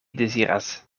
deziras